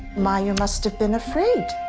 meyer must have been afraid.